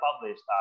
published